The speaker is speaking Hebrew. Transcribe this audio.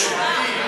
למה היום?